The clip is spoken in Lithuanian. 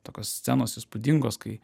tokios scenos įspūdingos kai